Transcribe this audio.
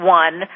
one